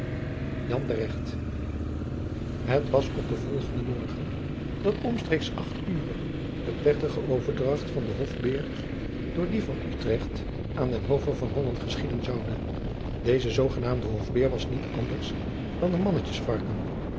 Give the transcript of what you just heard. de regt het was op den volgenden morgen dat omstreeks acht ure de plechtige overdracht van den hof beer door die van utrecht aan den hove van holland geschieden zoude deze zoogenaamde hof beer was niet anders dan een mannetjes varken